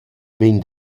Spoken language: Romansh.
vain